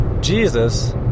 Jesus